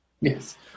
Yes